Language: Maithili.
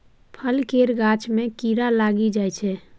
फल केर गाछ मे कीड़ा लागि जाइ छै